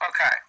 Okay